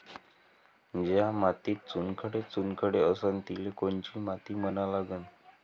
ज्या मातीत चुनखडे चुनखडे असन तिले कोनची माती म्हना लागन?